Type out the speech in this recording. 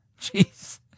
Jeez